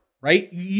right